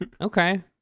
Okay